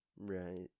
right